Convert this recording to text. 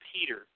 Peter